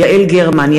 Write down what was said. יעל גרמן,